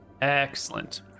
Excellent